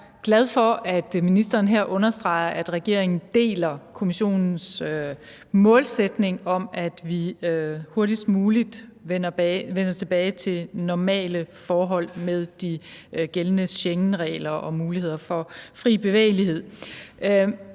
Jeg er glad for, at ministeren her understreger, at regeringen deler Kommissionens målsætning om, at vi hurtigst muligt vender tilbage til normale forhold med de gældende Schengenregler og muligheder for fri bevægelighed.